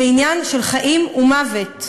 זה עניין של חיים ומוות.